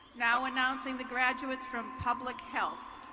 now announcing the graduates from public health.